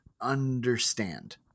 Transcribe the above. understand